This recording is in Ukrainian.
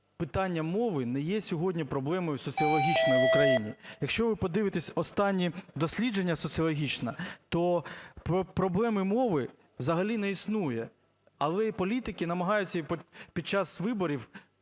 питання мови не є сьогодні проблемою соціологічною в Україні. Якщо ви подивитесь останні дослідження соціологічні, то проблеми мови взагалі не існує, але політики намагаються під час виборів